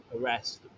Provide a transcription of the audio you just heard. arrest